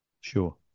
Sure